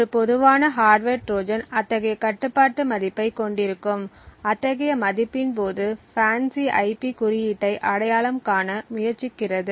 ஒரு பொதுவான hardware trojan அத்தகைய கட்டுப்பாட்டு மதிப்பைக் கொண்டிருக்கும் அத்தகைய மதிப்பின் போது FANCI ஐபி குறியீட்டை அடையாளம் காண முயற்சிக்கிறது